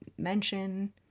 mention